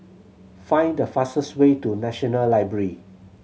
find the fastest way to National Library